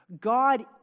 God